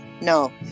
No